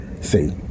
See